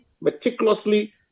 meticulously